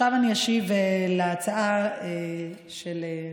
עכשיו אני אשיב על ההצעה לסדר-היום.